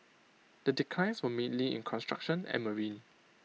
the declines were mainly in construction and marine